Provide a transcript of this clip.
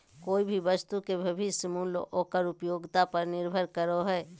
कोय भी वस्तु के भविष्य मूल्य ओकर उपयोगिता पर निर्भर करो हय